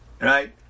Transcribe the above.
Right